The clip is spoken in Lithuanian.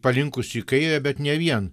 palinkusi į kairę bet ne vien